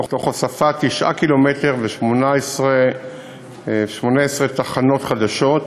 תוך הוספת 9 קילומטר ו-18 תחנות חדשות.